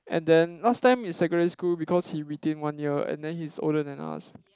and then last time in secondary school because he retain one year and then he's older than us